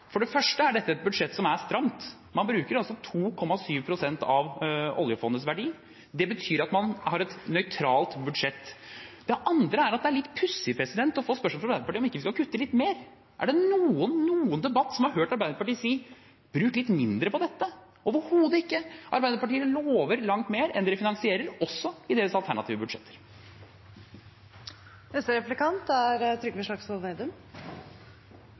for det første er dette et budsjett som er stramt. Man bruker altså 2,7 pst. av oljefondets verdi. Det betyr at man har et nøytralt budsjett. For det andre er det litt pussig å få spørsmål fra Arbeiderpartiet om vi ikke skal kutte litt mer. Er det noen i noen debatt som har hørt Arbeiderpartiet si at man skal bruke litt mindre på dette?– Overhodet ikke, Arbeiderpartiet lover langt mer enn de finansierer, også i sine alternative